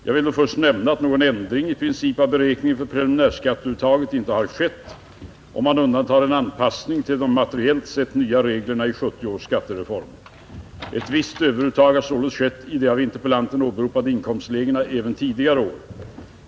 Jag vill då först nämna att någon ändring i princip av beräkningen för preliminärskatteuttaget inte har skett, om man undantar en anpassning till de materiellt sett nya reglerna i 1970 års skattereform. Ett visst överuttag har således skett i de av interpellanten åberopade inkomstlägena även tidigare år.